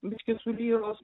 biškį su lyros